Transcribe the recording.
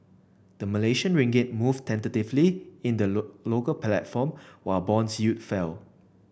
the Malaysian Ringgit moved tentatively in the low local platform while bond yields fell